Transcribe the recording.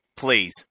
Please